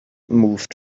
moved